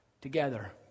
together